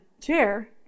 chair